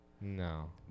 No